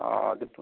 ആ അത് ഇപ്പം